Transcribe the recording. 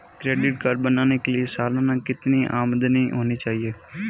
Credit card बनाने के लिए सालाना कितनी आमदनी होनी चाहिए?